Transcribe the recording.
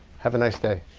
have a nice day.